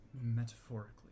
Metaphorically